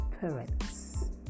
parents